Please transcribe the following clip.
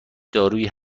دارویی